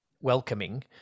welcoming